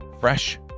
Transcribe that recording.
fresh